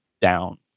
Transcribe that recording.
down